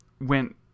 went